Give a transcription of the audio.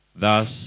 Thus